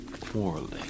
quarreling